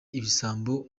ibisambo